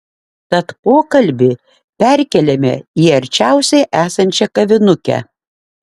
tad pokalbį perkeliame į arčiausiai esančią ramią kavinukę